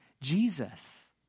Jesus